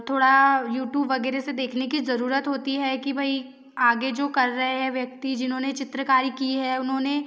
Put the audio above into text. थोड़ा यूटूब वग़ैरह से देखने की जरूरत होती है कि भाई आगे जो कर रहे हैं व्यक्ति जिन्होंने चित्रकारी की है उन्होंने